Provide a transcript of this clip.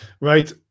right